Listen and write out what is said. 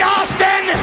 Austin